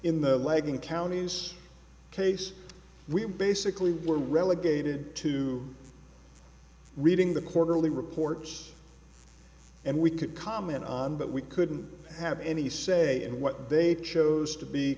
in the legging counties case we basically were relegated to reading the quarterly reports and we could comment on but we couldn't have any say in what they chose to be